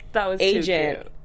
agent